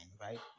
right